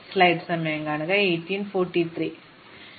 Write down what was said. പക്ഷേ ഇത് വളരെ സമാനമാണ് അതിനാൽ ഇത് വാർഷൽ നിർദ്ദേശിച്ച അൽഗോരിതം ആയിരുന്നു